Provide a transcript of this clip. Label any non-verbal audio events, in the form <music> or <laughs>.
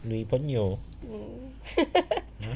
mm <laughs>